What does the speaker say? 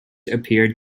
appeared